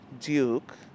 Duke